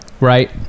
right